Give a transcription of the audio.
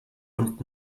und